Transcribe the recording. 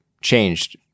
changed